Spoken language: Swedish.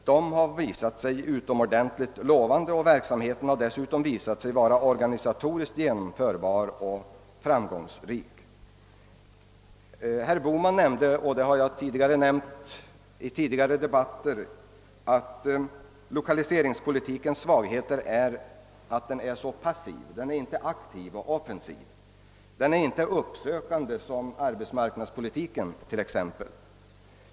Detta har visat sig utomordentligt lovande. Verksamheten har dessutom visat sig vara organisatoriskt genomförbar och framgångsrik. Herr Bohman nämnde — och jag har själv nämnt det i tidigare debatter — att en av lokaliseringspolitikens svagheter är att den är så passiv; den är inte aktiv och offensiv, och den är inte, som t.ex. arbetsmarknadspolitiken, uppsökande.